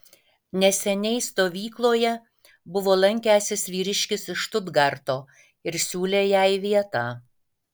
neseniai stovykloje buvo lankęsis vyriškis iš štutgarto ir siūlė jai vietą